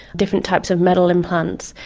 different types of metal implants,